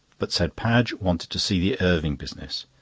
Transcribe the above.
but said padge wanted to see the irving business,